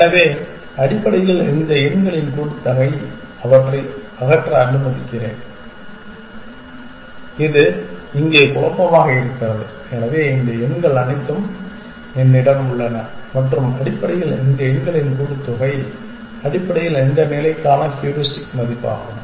எனவே அடிப்படையில் இந்த எண்களின் கூட்டுத்தொகை அவற்றை அகற்ற அனுமதிக்கிறேன் இது இங்கே குழப்பமாக இருக்கிறது எனவே இந்த எண்கள் அனைத்தும் என்னிடம் உள்ளன மற்றும் அடிப்படையில் இந்த எண்களின் கூட்டுத்தொகை அடிப்படையில் இந்த நிலைக்கான ஹூரிஸ்டிக் மதிப்பு ஆகும்